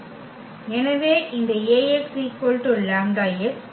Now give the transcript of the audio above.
எனவே இந்த Ax λx